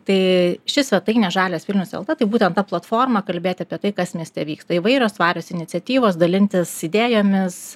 tai ši svetainė žalias vilnius lt tai būtent ta platforma kalbėti apie tai kas mieste vyksta įvairios tvarios iniciatyvos dalintis idėjomis